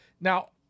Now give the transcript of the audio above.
Now